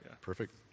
Perfect